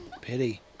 Pity